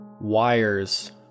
wires